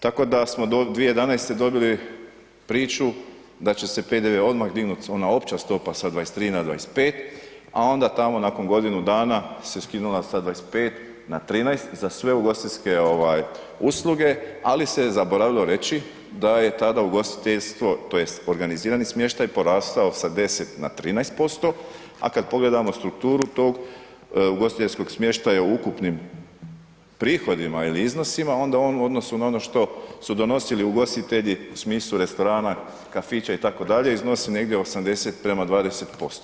Tako da smo 2011. dobili priču da će se PDV odmah dignut ona opća stopa sa 23 na 25, a onda tamo nakon godinu dana se skinula sa 25 na 13 za sve ugostiteljske usluge, ali se je zaboravilo reći da je tada ugostiteljstvo tj. organizirani smještaj poraso sa 10 na 13%, a kad pogledamo strukturu tog ugostiteljskog smještaja u ukupnim prihodima ili iznosima onda on u odnosu na ono što su donosili ugostitelji u smislu restorana, kafića itd., iznosi negdje 80 prema 20%